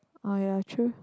orh ya true